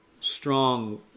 strong